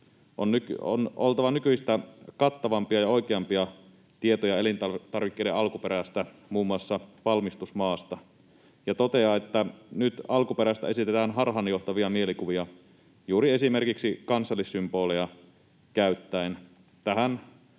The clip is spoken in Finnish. on oltava nykyistä kattavampia ja oikeampia tietoja elintarvikkeiden alkuperästä, muun muassa valmistusmaasta, ja toteaa, että nyt alkuperästä esitetään harhaanjohtavia mielikuvia juuri esimerkiksi kansallissymboleja käyttäen.